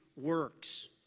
works